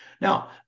now